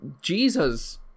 Jesus